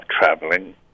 traveling